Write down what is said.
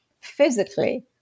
physically